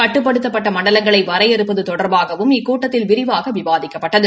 கட்டுப்படுத்தப்பட்ட வரையறுப்பது தொடர்பாகவும் இக்கூட்டத்தில் விரிவாக விவாதிக்கப்பட்டது